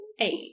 Eight